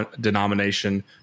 denomination